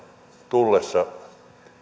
tullessa